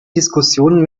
diskussionen